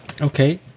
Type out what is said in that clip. Okay